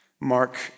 Mark